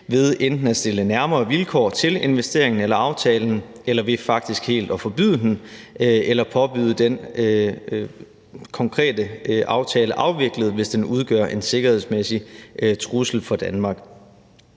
ved enten at stille nærmere vilkår til investeringen eller aftalen eller ved faktisk helt at forbyde den eller påbyde den konkrete aftale afviklet, hvis den udgør en sikkerhedsmæssig trussel for Danmark.